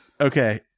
okay